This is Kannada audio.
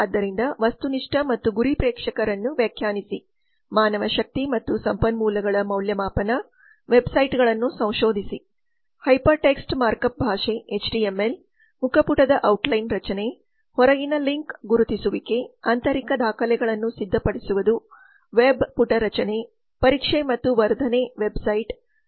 ಆದ್ದರಿಂದ ವಸ್ತುನಿಷ್ಠ ಮತ್ತು ಗುರಿ ಪ್ರೇಕ್ಷಕರನ್ನು ವ್ಯಾಖ್ಯಾನಿಸಿ ಮಾನವಶಕ್ತಿ ಮತ್ತು ಸಂಪನ್ಮೂಲಗಳ ಮೌಲ್ಯಮಾಪನ ವೆಬ್ಸೈಟ್web sitesಗಳನ್ನು ಸಂಶೋಧಿಸಿ ಹೈಪರ್ ಟೆಕ್ಸ್ಟ್ ಮಾರ್ಕ್ಅಪ್ ಭಾಷೆ HTML ಮುಖಪುಟದ ಔಟ್ಲೈನ್ ರಚನೆ ಹೊರಗಿನ ಲಿಂಕ್ ಗುರುತಿಸುವಿಕೆ ಆಂತರಿಕ ದಾಖಲೆಗಳನ್ನು ಸಿದ್ಧಪಡಿಸುವುದು ವೆಬ್ ಪುಟ ರಚನೆ ಪರೀಕ್ಷೆ ಮತ್ತು ವರ್ಧನೆ ವೆಬ್ಸೈಟ್website